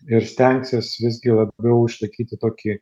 ir stengsis visgi labiau išlaikyti tokį